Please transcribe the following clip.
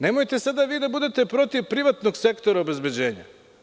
Nemojte sada vi da budete protiv privatnog sektora obezbeđenja.